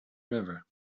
river